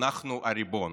אנחנו הריבון.